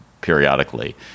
periodically